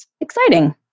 exciting